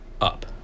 up